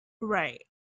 Right